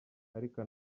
ariko